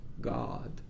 God